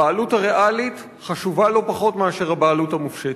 הבעלות הריאלית חשובה לא פחות מהבעלות המופשטת,